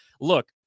look